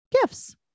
gifts